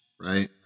right